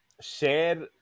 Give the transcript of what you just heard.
share